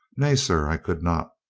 nay, sir, i could not,